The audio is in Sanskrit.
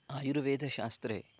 आयुर्वेदशास्त्रे